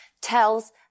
tells